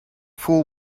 fool